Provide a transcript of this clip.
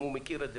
אם הוא מכיר את זה,